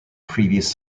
previous